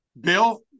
Bill